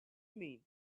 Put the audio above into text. mean